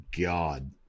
God